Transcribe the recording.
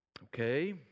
Okay